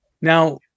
Now